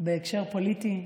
בהקשר פוליטי?